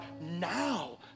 now